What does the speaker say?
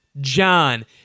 John